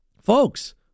folks